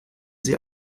sie